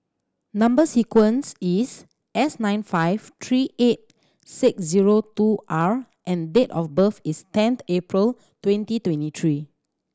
number sequence is S nine five three eight six zero two R and date of birth is tenth April twenty twenty three